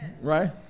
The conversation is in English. Right